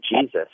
Jesus